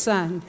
Son